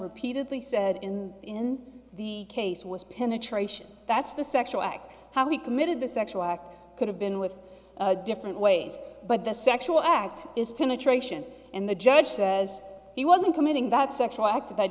repeatedly said in in the case was penetration that's the sexual act how he committed the sexual act could have been with different ways but the sexual act is penetration and the judge says he wasn't committing that sexual act